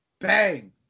bang